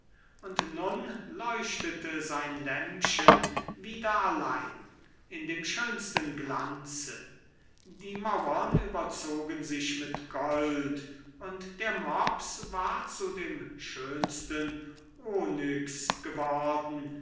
und nun leuchtete sein lämpchen wieder allein in dem schönsten glanze die mauern überzogen sich mit gold und der mops war zu dem schönsten onyx geworden